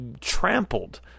trampled